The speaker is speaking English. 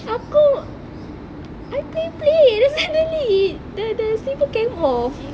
aku I play play then suddenly it the the slipper came off